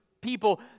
people